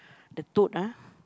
the toad ah